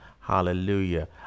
hallelujah